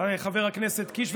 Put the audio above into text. חבר הכנסת קיש,